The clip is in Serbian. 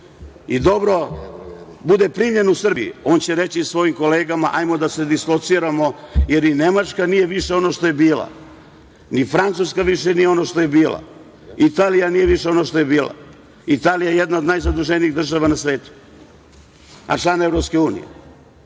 dobro primljen u Srbiji, on će reći svojim kolegama – ajmo da se dislociramo, jer i Nemačka nije više ono što je bila, ni Francuska nije više ono što je bila, Italija nije više ono što je bila. Italija je jedna od najzaduženijih država na svetu, a član EU,